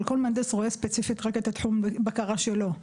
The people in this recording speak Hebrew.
אבל כל מהנדס רואה ספציפית רק את תחום הבקרה שלו.